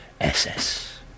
SS